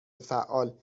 فعال